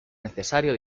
necesario